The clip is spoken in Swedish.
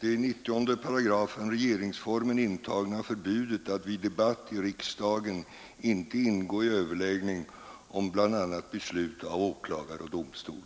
den ärade talaren om det i 90 § regeringsformen intagna förbudet att vid debatt i riksdagen ingå i överläggning om bl.a. beslut av åklagare och domstol.